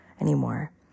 anymore